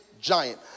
giant